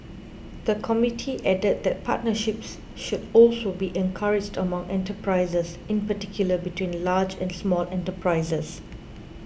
the committee added that partnerships should also be encouraged among enterprises in particular between large and small enterprises